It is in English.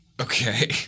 Okay